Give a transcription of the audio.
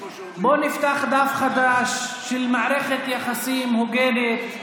בואו נפתח דף חדש של מערכת יחסים הוגנת,